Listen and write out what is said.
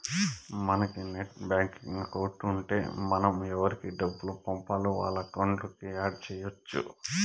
మనకు net banking account ఉంటే మనం ఎవురికి డబ్బులు పంపాల్నో వాళ్ళ అకౌంట్లని యాడ్ చెయ్యచ్చు